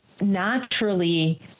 naturally